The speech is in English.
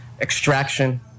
Extraction